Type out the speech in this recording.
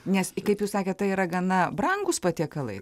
nes kaip jūs sakėt tai yra gana brangūs patiekalai